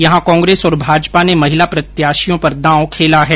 यहां कांग्रेस और भाजपा ने महिला प्रत्याशियों पर दाव खेला है